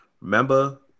Remember